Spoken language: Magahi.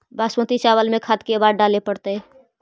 बासमती चावल में खाद के बार डाले पड़तै?